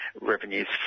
revenues